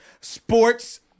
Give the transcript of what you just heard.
Sports